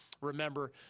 Remember